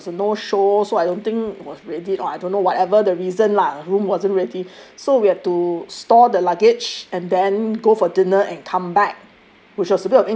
whatever they thought it was a no show so I don't think it was readied or I don't know whatever the reason lah room wasn't ready so we have to store the luggage and then go for dinner and come back